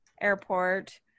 airport